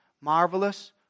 marvelous